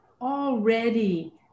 already